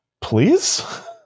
please